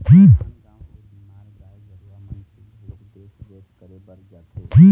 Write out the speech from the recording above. आन गाँव के बीमार गाय गरुवा मन के घलोक देख रेख करे बर जाथे